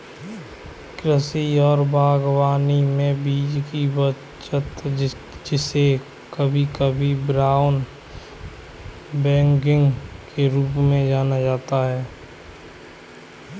कृषि और बागवानी में बीज की बचत जिसे कभी कभी ब्राउन बैगिंग के रूप में जाना जाता है